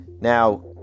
Now